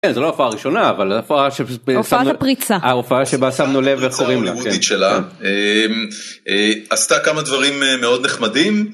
כן, זו לא הופעה ראשונה, אבל הופעה שפשוט... הופעת הפריצה. ההופעה שבה שמנו לב איך קוראים לה. פריצה הוליוודית שלה. עשתה כמה דברים מאוד נחמדים.